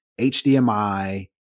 HDMI